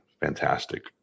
fantastic